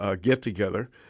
get-together